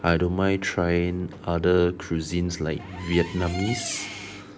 I don't mind trying other cuisines like vietnamese